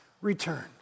return